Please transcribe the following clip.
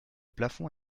plafond